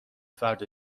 فرد